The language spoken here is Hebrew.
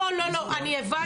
לא, לא, אני הבנתי.